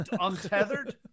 Untethered